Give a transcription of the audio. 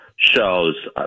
Shows